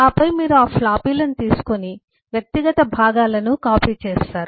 ఆపై మీరు ఆ ఫ్లాపీలను తీసుకొని విడి విడి భాగాలను కాపీ చేస్తారు